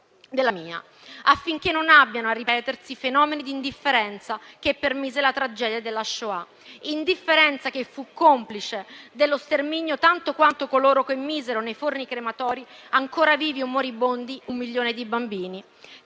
della mia, affinché non abbiano a ripetersi quei fenomeni di indifferenza che permisero la tragedia della Shoah, indifferenza che fu complice dello sterminio tanto quanto coloro che misero nei forni crematori, ancora vivi o moribondi, un milione di bambini.